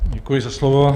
Děkuji za slovo.